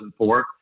2004